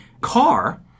car